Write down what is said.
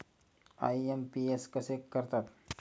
IMPS कसे करतात?